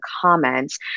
comments